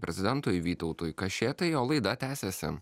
prezidentui vytautui kašėtai o laida tęsiasi